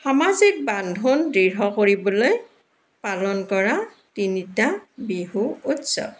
সামাজিক বান্ধোন দৃঢ় কৰিবলৈ পালন কৰা তিনিটা বিহু উৎসৱ